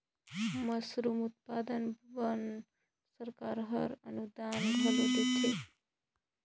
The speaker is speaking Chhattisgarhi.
मसरूम उत्पादन बर सरकार हर अनुदान घलो देथे